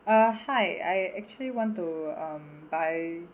uh hi I actually want to um buy